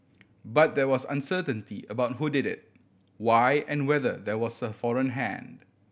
but there was uncertainty about who did it why and whether there was a foreign hand